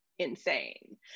insane